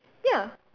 ya